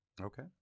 Okay